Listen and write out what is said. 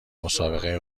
مسابقه